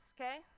okay